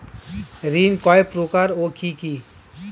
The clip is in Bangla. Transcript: ঋণ কয় প্রকার ও কি কি?